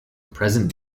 present